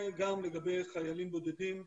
גם לגבי חיילים בודדים.